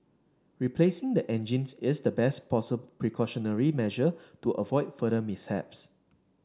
replacing the engines is the best precautionary measure to avoid further mishaps